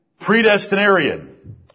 predestinarian